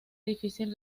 difícil